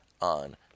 on